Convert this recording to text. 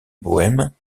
bohême